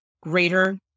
greater